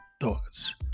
thoughts